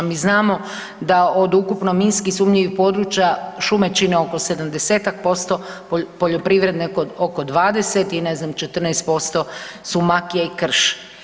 Mi znamo da od ukupno minski sumnjivih područja šume čine oko 70%, poljoprivredne oko 20% i ne znam 14% su makije i krš.